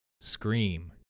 Scream